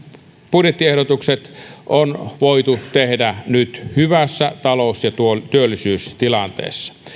budjettiehdotukset on voitu tehdä nyt hyvässä talous ja työllisyystilanteessa